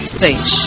seis